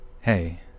hey